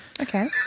Okay